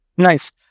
Nice